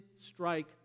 strike